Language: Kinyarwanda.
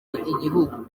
igihugu